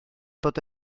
bod